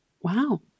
Wow